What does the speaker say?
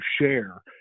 share